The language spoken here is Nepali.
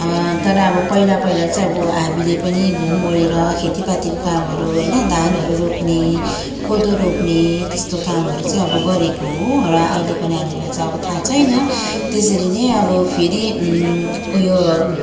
तर अब पहिला पहिला चाहिँ हामीले पनि घुम ओढेर खेतीपातीको कामहरू होइन धानहरू रोप्ने कोदो रोप्ने त्यस्तो कामहरू चाहिँ अब गरेको हो र अहिलेको नानीहरूलाई चाहिँ अब थाहा छैन त्यसरी नै अब फेरि